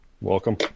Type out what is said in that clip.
Welcome